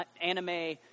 anime